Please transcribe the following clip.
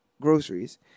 groceries